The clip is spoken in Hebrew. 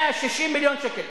160 מיליון שקל.